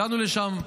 הגענו לשם,